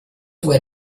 where